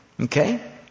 Okay